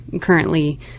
currently